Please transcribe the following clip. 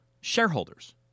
shareholders